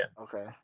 Okay